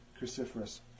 cruciferous